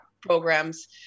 programs